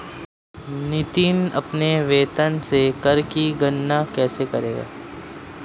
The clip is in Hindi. नितिन अपने वेतन से कर की गणना कैसे करेगा?